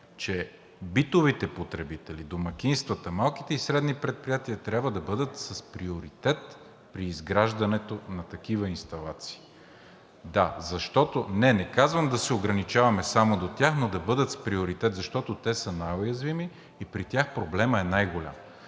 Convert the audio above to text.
че битовите потребители – домакинствата, малките и средните предприятия, трябва да бъдат с приоритет при изграждането на такива инсталации. Да, защото… (Реплика.) Не, не казвам да се ограничаваме само до тях, но да бъдат с приоритет, защото те са най-уязвими и при тях проблемът е най-голям.